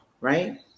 Right